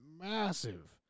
massive